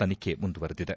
ತನಿಖೆ ಮುಂದುವರೆದಿದೆ